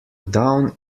down